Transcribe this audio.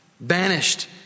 banished